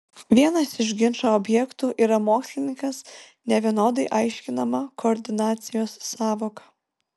vienas iš ginčo objektų yra mokslininkas nevienodai aiškinama koordinacijos sąvoka